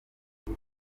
izi